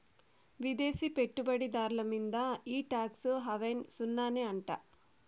విదేశీ పెట్టుబడి దార్ల మీంద ఈ టాక్స్ హావెన్ సున్ననే అంట